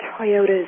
Toyota's